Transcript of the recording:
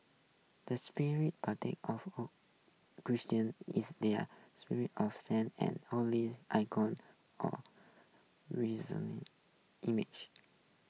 the of Christians is their of saints and holy icons or resaonly images